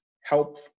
help